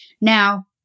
Now